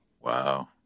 Wow